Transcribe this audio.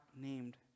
named